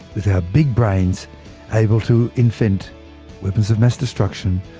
with our big brains able to invent weapons of mass destruction,